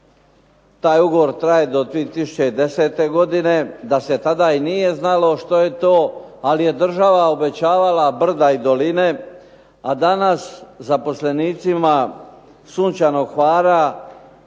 Taj ugovor traje do 2010. godine, da se i tada nije znalo što je to, ali je država obećavala brda i doline, a danas zaposlenicima Sunčanog Hvara